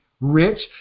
rich